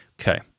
Okay